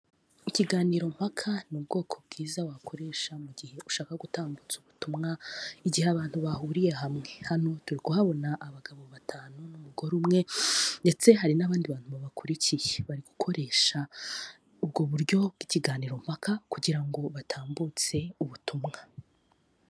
Ikiganiro mpaka ni ubwoko bwiza wakoresha mu gihe ushaka gutambutsa ubutumwa, igihe abantu bahuriye hamwe. Hano turi kuhabona abagabo batanu n'umugore umwe ndetse hari n'abandi bantu babakurikiye, bari gukoresha ubwo buryo bw'ikiganiro mpaka kugira ngo batambutse ubutumwa.